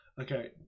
Okay